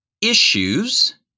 issues